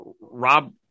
Rob